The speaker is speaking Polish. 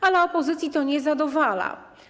Ale opozycji to nie zadowala.